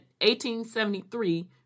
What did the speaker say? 1873